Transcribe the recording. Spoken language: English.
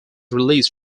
release